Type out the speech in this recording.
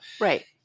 Right